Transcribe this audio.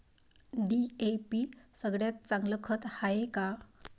DAP सगळ्यात चांगलं खत हाये का?